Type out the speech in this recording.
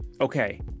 okay